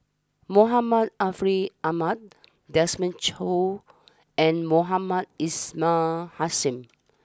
Muhammad Ariff Ahmad Desmond Choo and Mohamed Ismail Hussain